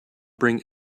bring